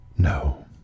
No